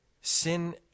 Sin